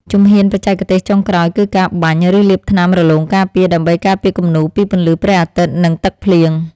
ជំហានបច្ចេកទេសចុងក្រោយ គឺការបាញ់ ឬលាបថ្នាំរលោងការពារ ដើម្បីការពារគំនូរពីពន្លឺព្រះអាទិត្យ និងទឹកភ្លៀង។